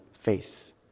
faith